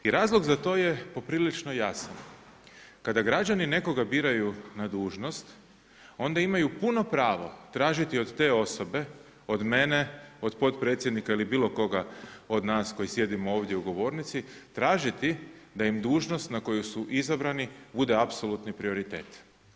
I razlog za to je poprilično jasan, kada građani nekoga biraju na dužnost onda imaju puno pravo tražiti od te osobe, od mene, od potpredsjednika ili bilokoga od nas koji sjedimo ovdje u govornici, tražiti da im dužnost na koju su izabrani bude apsolutni prioritet.